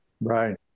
Right